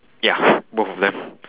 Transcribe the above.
ya both of them